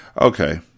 Okay